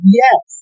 yes